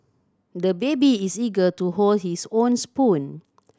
the baby is eager to hold his own spoon